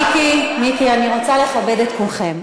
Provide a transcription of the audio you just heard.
מיקי, אני רוצה לכבד את כולכם.